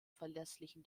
verlässlichen